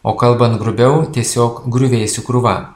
o kalbant grubiau tiesiog griuvėsių krūva